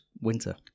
winter